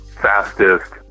fastest